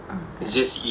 (uh huh)